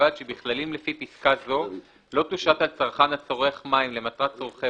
ובלבד שבכללים לפי פסקה זו לא תושת על צרכן הצורך מים למטרת צורכי